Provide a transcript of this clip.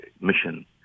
mission